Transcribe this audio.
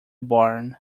barn